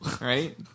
Right